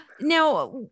Now